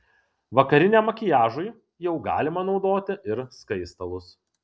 vakariniam makiažui jau galima naudoti ir skaistalus